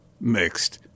Mixed